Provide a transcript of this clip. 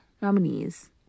nominees